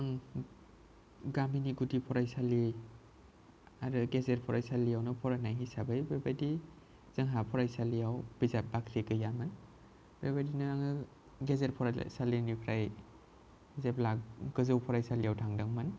आं गामिनि गुदि फरायसालि आरो गेजेर फरायसालियावनो फरायनाय हिसाबै बेबादि जोंहा फरायसालियाव बिजाब बाख्रि गैयामोन बेबादिनो आङो गेजेर फरायसालि निफ्राय जेब्ला गोजौ फरायसालियाव थांदों मोन